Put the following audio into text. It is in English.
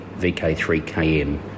VK3KM